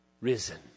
risen